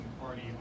party